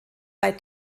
bei